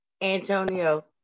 Antonio